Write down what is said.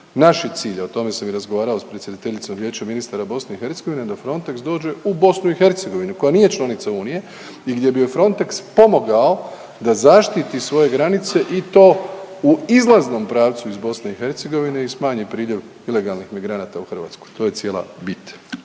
Naš je cilj, o tome sam i razgovarao s predsjedateljicom Vijeća ministara BiH da Frontex dođe u BiH koja nije članica Unije i gdje bi joj Frontex pomogao da zaštiti svoje granice i to u izlaznom pravcu iz BiH i smanji priljev ilegalnih migranta u Hrvatsku. To je cijela bit.